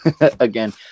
again